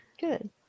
Good